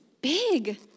big